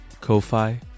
Ko-Fi